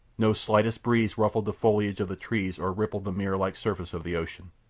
no slightest breeze ruffled the foliage of the trees or rippled the mirror-like surface of the ocean.